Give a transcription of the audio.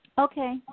Okay